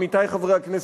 עמיתי חברי הכנסת,